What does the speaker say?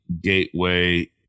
Gateway